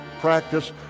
practice